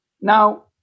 Now